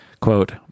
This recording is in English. Quote